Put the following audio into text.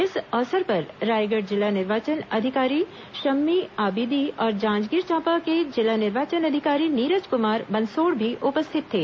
इस अवसर पर रायगढ़ जिला निर्वाचन अधिकारी शम्मी आबिदी और जांजगीर चांपा के जिला निर्वाचन अधिकारी नीरज कुमार बंसोड़ भी उपरिथित थे